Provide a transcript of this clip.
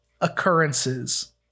occurrences